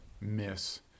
miss